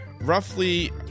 roughly